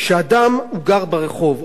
כשאדם גר ברחוב,